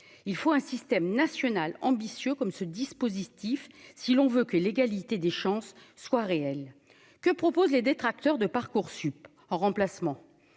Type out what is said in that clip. il faut un système national ambitieux comme ce dispositif si l'on veut que l'égalité des chances soit réel que proposent les détracteurs de Parcoursup, en remplacement